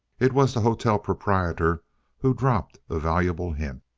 it was the hotel proprietor who dropped a valuable hint.